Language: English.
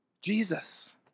Jesus